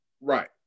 Right